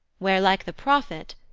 where, like the prophet,